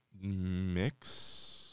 mix